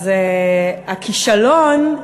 אז הכישלון,